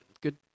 good